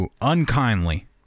unkindly